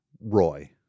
Roy